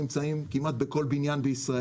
נמצאים כמעט בכל בניין בישראל.